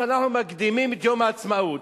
כשאנחנו מקדימים את יום העצמאות,